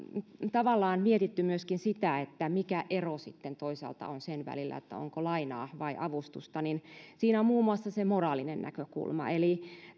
tavallaan mietitty myöskin sitä mikä ero sitten toisaalta on sen välillä onko lainaa vai avustusta siinä on muun muassa se moraalinen näkökulma eli